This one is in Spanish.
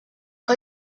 que